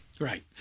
Right